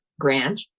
Grant